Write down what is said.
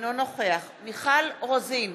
אינו נוכח מיכל רוזין,